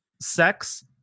sex